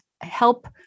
help